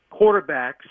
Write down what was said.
quarterbacks